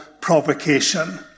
provocation